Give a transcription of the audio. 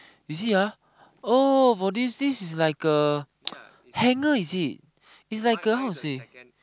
you see ah oh for this this is like a hanger is it it's like a how to say